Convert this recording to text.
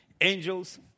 angels